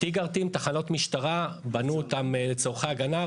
תחנות משטרה לצורכי הגנה.